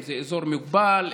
אם זה אזור מוגבל,